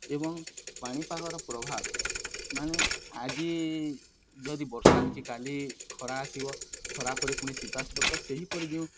ଏବଂ ପାଣିପାଗର ପ୍ରଭାବ ମାନେ ଆଜି ଯଦି ବର୍ଷା ହଉଚି କାଲି ଖରା ଆସିବ ଖରା ପରେ ପୁଣି ଶୀତ ଆସିବ ତ ସେହିପରି ଯେଉଁ